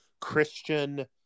Christian